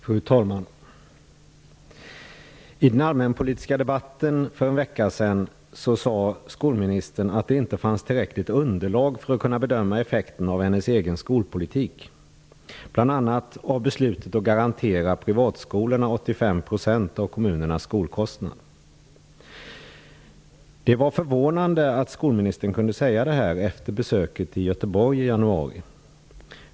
Fru talman! I den allmänpolitiska debatten för en vecka sedan sade skolministern att det inte fanns tillräckligt underlag för att kunna bedöma effekten av hennes egen skolpolitik, bl.a. vad gäller beslutet att garantera privatskolorna 85 % av kommunernas skolkostnad. Det var förvånande att skolministern kunde säga detta efter besöket i Göteborg i januari.